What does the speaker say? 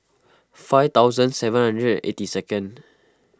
five thousand seven hundred and eighty second